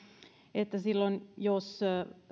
että silloin jos